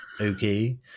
Okay